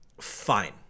fine